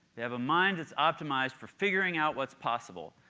they have a mind that's optimized for figuring out what's possible.